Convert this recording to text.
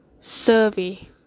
survey